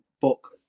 book